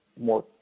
more